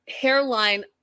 hairline